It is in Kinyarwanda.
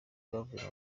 bavuye